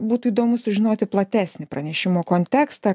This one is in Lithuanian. būtų įdomu sužinoti platesnį pranešimo kontekstą